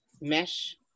mesh